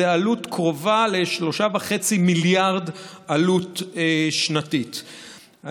זה עלות שקרובה ל-3.5 מיליארד עלות שנתית.